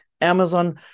Amazon